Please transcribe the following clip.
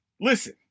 listen